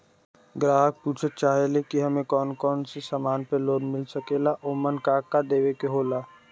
ग्राहक पुछत चाहे ले की हमे कौन कोन से समान पे लोन मील सकेला ओमन का का देवे के होला?